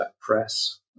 press